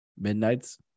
Midnight's